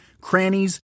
crannies